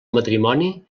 matrimoni